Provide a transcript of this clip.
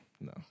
No